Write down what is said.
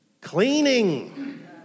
cleaning